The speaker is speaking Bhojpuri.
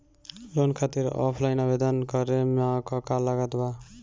लोन खातिर ऑफलाइन आवेदन करे म का का लागत बा?